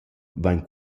vain